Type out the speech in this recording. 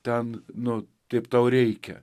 ten nu taip tau reikia